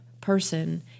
person